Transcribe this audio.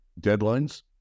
deadlines